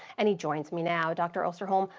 and he joins me now. dr. osterholm,